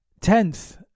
Tenth